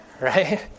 right